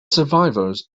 survivors